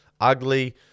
ugly